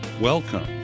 Welcome